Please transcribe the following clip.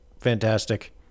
fantastic